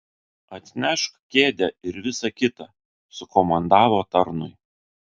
atnešk kėdę ir visa kita sukomandavo tarnui